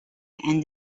and